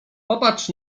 popatrz